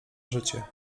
życie